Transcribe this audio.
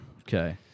Okay